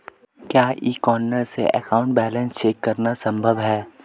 क्या e corner से account balance check करना संभव है?